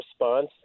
response